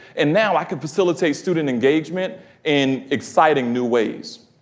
and now i can facilitate student engagement in exciting new ways.